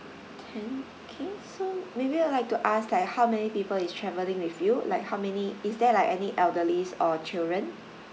ten okay so maybe I would like to ask like how many people is travelling with you like how many is there like any elderlies or children